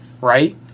right